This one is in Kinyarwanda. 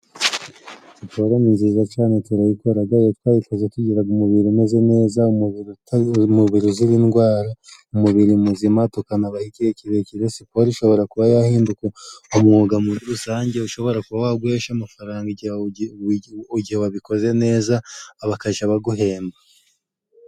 Siporo ni nziza cane turayikoraga iyo twayikoze tugiraga umubiri umeze neza, umubiri umubiri uzira indwara, umubiri muzima tukanabaho igihe kirekire. Siporo ishobora kuba yahinduka umwuga muri rusange ushobora kuba waguhesha amafaranga igihe wabikoze neza bakaja abaguhemba.